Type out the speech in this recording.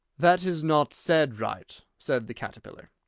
that is not said right, said the caterpillar.